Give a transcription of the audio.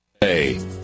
Hey